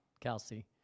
kelsey